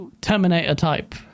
Terminator-type